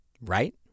Right